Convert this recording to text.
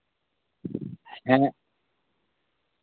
ᱦᱮᱸ